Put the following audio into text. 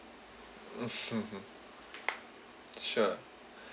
sure